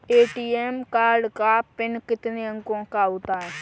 ATM card का PIN कितने अंकों का होता है?